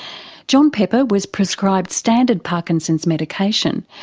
john pepper was prescribed standard parkinson's medication,